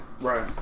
Right